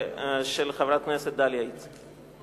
של חברת הכנסת דליה איציק.